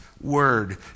Word